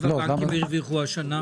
הבנקים הרוויחו השנה?